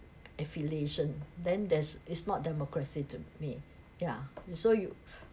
affiliation then there's is not democracy to me yeah so you